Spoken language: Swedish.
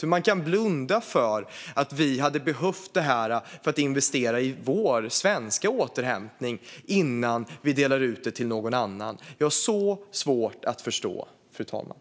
Hur kan man blunda för att Sverige hade behövt medlen för att investera i vår svenska återhämtning innan vi delar ut dem till någon annan? Jag har så svårt att förstå, fru talman.